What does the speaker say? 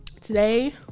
today